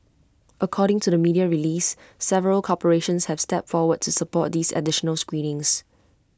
according to the media release several corporations have stepped forward to support these additional screenings